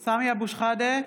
בהצבעה סמי אבו שחאדה,